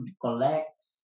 collect